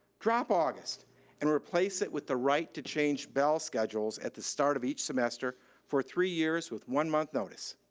drop august and replace it with the right to change bell schedules at the start of each semester for three years with one month notice